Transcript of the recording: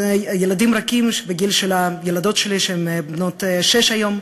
ילדים רכים בגיל של הילדות שלי, שהן בנות שש היום.